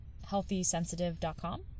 healthysensitive.com